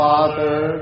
Father